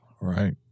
Right